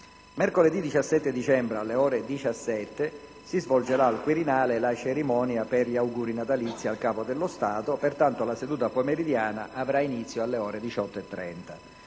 Mercoledì 17 dicembre, alle ore 17, si svolgerà al Quirinale la cerimonia per gli auguri natalizi al Capo dello Stato. Pertanto, la seduta pomeridiana avrà inizio alle ore 18,30.